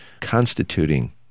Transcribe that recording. constituting